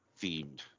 themed